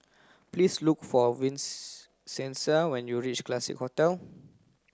please look for when you reach Classique Hotel